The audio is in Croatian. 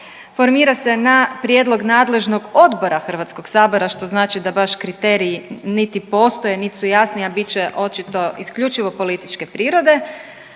formira se na prijedlog nadležnog odbora HS-a, što znači da baš kriteriji niti postoje nit su jasni, a bit će očito, isključivo političke prirode.